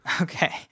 Okay